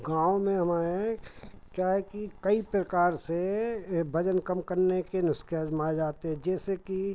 गाँव में हमारे क्या है कि कई परकार से यह वज़न कम करने के नुस्क़े आज़माए जाते हैं जैसे कि